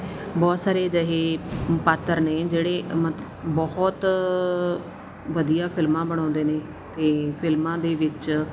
ਬਹੁਤ ਸਾਰੇ ਅਜਿਹੇ ਪਾਤਰ ਨੇ ਜਿਹੜੇ ਮਤ ਬਹੁਤ ਵਧੀਆ ਫਿਲਮਾਂ ਬਣਾਉਂਦੇ ਨੇ ਤੇ ਫਿਲਮਾਂ ਦੇ ਵਿੱਚ